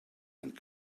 and